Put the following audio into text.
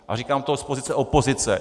A říkám to z pozice opozice.